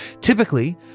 Typically